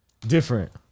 Different